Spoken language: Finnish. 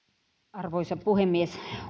arvoisa puhemies